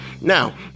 Now